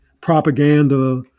propaganda